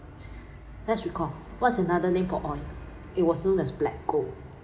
let's recall what's another name for oil it was known as black gold